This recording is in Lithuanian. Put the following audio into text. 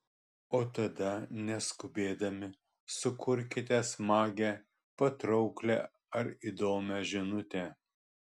o tada neskubėdami sukurkite smagią patrauklią ar įdomią žinutę